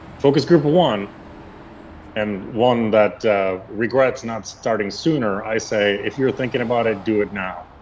focus group of one and one that regrets not starting sooner, i say if you're thinking about it, do it now.